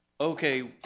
Okay